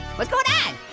what's going on?